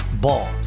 Ball